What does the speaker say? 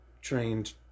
trained